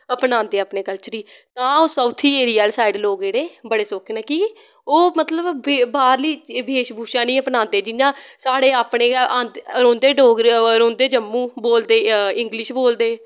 अपनांदे अपने कल्चर गी तां साऊथी एरिया आह्ली साईड लोग जेह्ड़े बड़े सौक्खो नै की ओह् मतलव बाह्रली भेश बूशा नी अपनांदे जियां साढ़े अपने गै रौंह्दे जम्मू बोलदे इंगलिश बोलदे